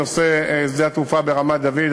נושא שדה-התעופה ברמת-דוד,